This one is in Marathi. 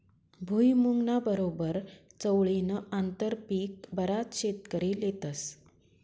भुईमुंगना बरोबर चवळीनं आंतरपीक बराच शेतकरी लेतस